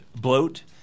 bloat